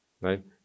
right